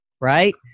Right